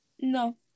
No